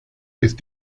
ist